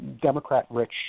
Democrat-rich